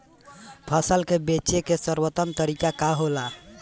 फसल के बेचे के सर्वोत्तम तरीका का होला?